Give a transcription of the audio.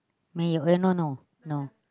没有 eh no no no